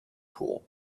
pool